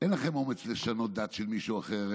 אין לכם אומץ לשנות דת של מישהו אחר.